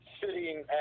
Sitting